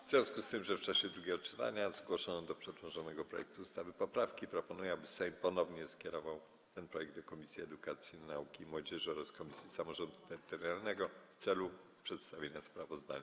W związku z tym, że w czasie drugiego czytania zgłoszono do przedłożonego projektu ustawy poprawki, proponuję, aby Sejm ponownie skierował ten projekt do Komisji Edukacji, Nauki i Młodzieży oraz Komisji Samorządu Terytorialnego i Polityki Regionalnej w celu przedstawienia sprawozdania.